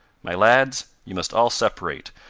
my lads, you must all separate,